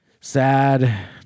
sad